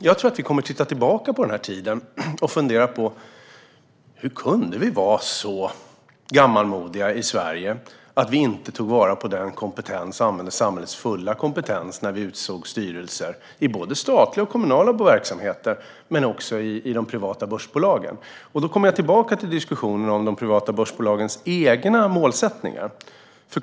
Jag tror att vi kommer att titta tillbaka på den här tiden och fundera på hur vi kunde vara så gammalmodiga i Sverige att vi inte tog vara på samhällets fulla kompetens när vi utsåg styrelser i statliga och kommunala verksamheter och också i de privata börsbolagen. Då kommer jag tillbaka till diskussionen om de privata börsbolagens egna målsättningar.